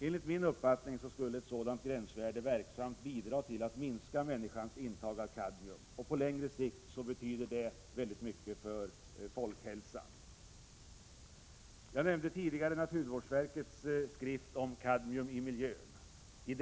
Enligt min uppfattning skulle ett sådant gränsvärde verksamt bidra till att minska människans intag av kadmium. På längre sikt betyder det väldigt mycket för folkhälsan. Jag nämnde tidigare naturvårdsverkets skrift om kadmium i miljön.